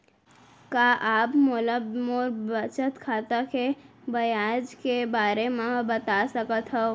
का आप मोला मोर बचत खाता के ब्याज के बारे म बता सकता हव?